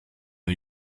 new